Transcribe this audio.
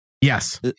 Yes